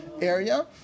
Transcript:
area